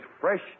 fresh